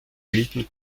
wilden